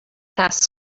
task